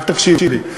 רק תקשיב לי.